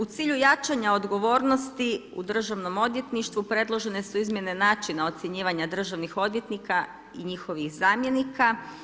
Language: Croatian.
U cilju jačanja odgovornosti u državnom odvjetništvu predložene su izmjene načina ocjenjivanja državnih odvjetnika i njihovih zamjenika.